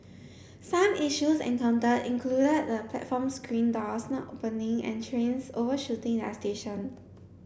some issues encountered included the platform screen doors not opening and trains overshooting their station